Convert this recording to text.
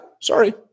sorry